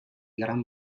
gran